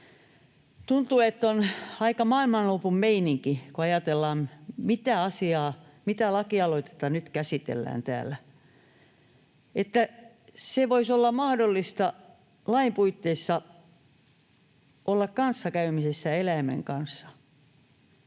Tuntuu, että on aika maailmanlopun meininki, kun ajatellaan, mitä asiaa, mitä lakialoitetta nyt käsitellään täällä: että voisi olla mahdollista lain puitteissa olla kanssakäymisessä eläimen kanssa.